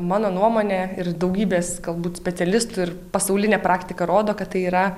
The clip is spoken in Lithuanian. mano nuomone ir daugybės galbūt specialistų ir pasaulinė praktika rodo kad tai yra